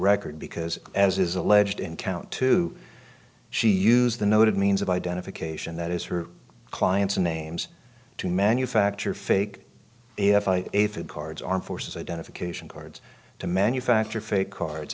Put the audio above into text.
record because as is alleged in count two she used the noted means of identification that is her client's names to manufacture fake if i had cards armed forces identification cards to manufacture fake cards